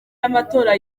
amatora